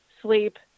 sleep